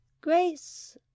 Grace